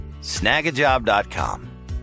Snagajob.com